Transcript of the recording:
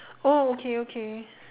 oh okay okay